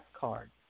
card